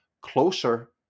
closer